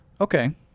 Okay